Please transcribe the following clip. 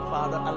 Father